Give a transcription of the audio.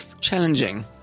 Challenging